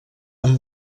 amb